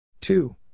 Two